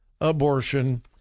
abortion